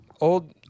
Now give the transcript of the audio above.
Old